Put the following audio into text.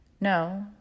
No